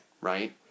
right